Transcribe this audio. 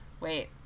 Wait